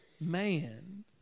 man